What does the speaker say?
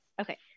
okay